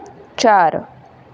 चार